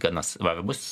gana svarbūs